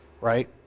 Right